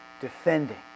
defending